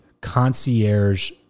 concierge